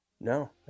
No